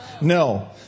No